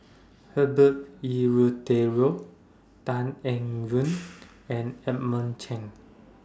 Herbert Eleuterio Tan Eng Yoon and Edmund Cheng